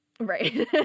Right